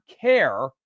care